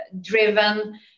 driven